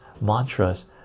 mantras